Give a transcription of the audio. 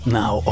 now